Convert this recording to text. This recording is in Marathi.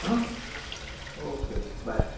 हां ओके बाय